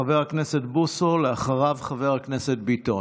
חבר הכנסת בוסו, ואחריו, חבר הכנסת ביטון.